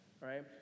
right